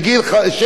18,